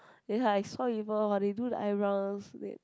ya I saw people !wah! they do the eyebrows they